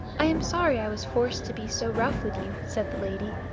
i am sorry i was forced to be so rough with you, said the lady.